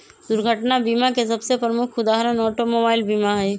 दुर्घटना बीमा के सबसे प्रमुख उदाहरण ऑटोमोबाइल बीमा हइ